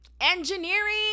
engineering